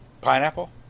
Pineapple